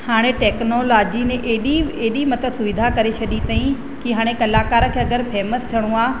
हाणे टेक्नोलॉजी में एॾी एॾी मतां सुविधा करे छॾी अथाईं की हाणे कलाकार खे अगरि फेमस थियणो आहे